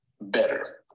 better